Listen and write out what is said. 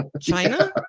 China